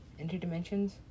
Interdimensions